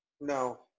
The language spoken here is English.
No